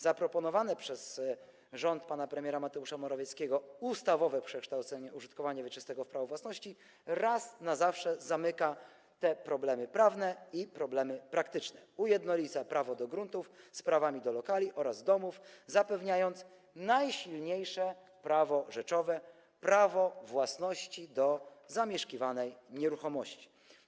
Zaproponowane przez rząd pana premiera Mateusza Morawieckiego ustawowe przekształcenie użytkowania wieczystego w prawo własności raz na zawsze zamyka te problemy prawne i problemy praktyczne, ujednolica prawo do gruntów z prawami do lokali oraz domów, zapewniając najsilniejsze prawo rzeczowe: prawo własności zamieszkiwanej nieruchomości.